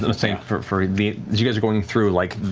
and saying for the as you guys are going through, like,